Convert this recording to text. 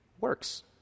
works